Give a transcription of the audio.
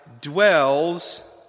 dwells